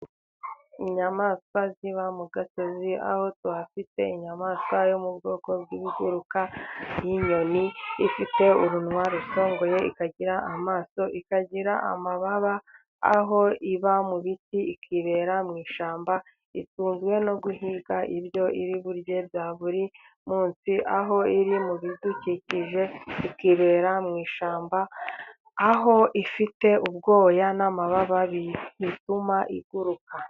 Inyamanswa ziba mu gasozi, aho tuhafite inyamanswa yo mu bwoko bw'ibiguruka, nk'inyoni ifite umunwa rusongoye, ikagira amaso ikagira amababa, aho iba mu biti, ikibera mu ishyamba, itunzwe no guhinga, ibyo iri burye, bya buri munsi, aho iri mu bidukikije, ikibera mu ishyamba, aho ifite ubwoya, n'amababa bituma iguruka.